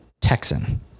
Texan